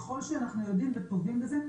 כלל שאנחנו יודעים וטובים בזה.